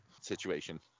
situation